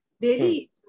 daily